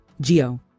geo